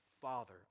Father